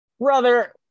Brother